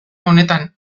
honetan